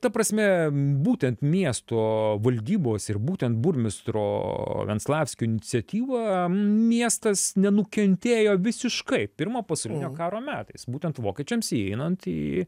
ta prasme būtent miesto valdybos ir būtent burmistro venslavskio iniciatyva miestas nenukentėjo visiškai pirmo pasaulinio karo metais būtent vokiečiams įeinant į